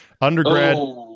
undergrad